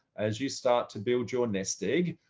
as you start to build your nest egg,